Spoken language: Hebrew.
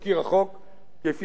כפי שהופץ לאחרונה.